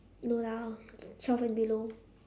no lah twelve and below